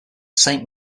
saint